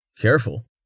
Careful